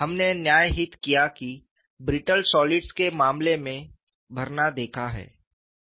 हमने न्याय हित किया की ब्रिट्टल सॉलिड्स के मामले में भरना देखा गया है